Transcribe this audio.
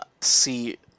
see